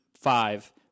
five